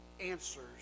answers